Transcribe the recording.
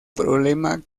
problema